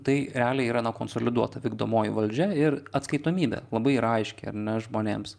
tai realiai yra na konsoliduota vykdomoji valdžia ir atskaitomybė labai yra aiški ar ne žmonėms